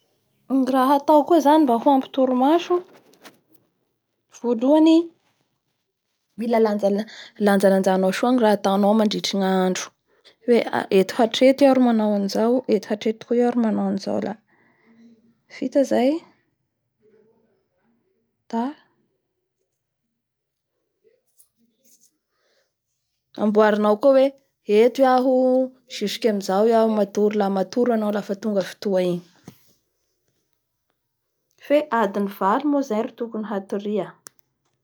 Ny raha atao koa zany mba hoampy toromaso volohany, mila lanjalanja nao soa ny raha ataonao mandritry ny andro hoe eto hatreto aho ro manao anizao, eto hatreto koa iaho ro manao anizao la vita zay da amboarinao koa hoe eto aho jusque amizao aho matory. La matory anao lafa tonga i fotoa igny.